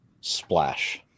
splash